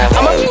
I'ma